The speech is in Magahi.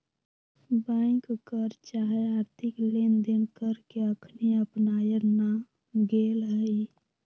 बैंक कर चाहे आर्थिक लेनदेन कर के अखनी अपनायल न गेल हइ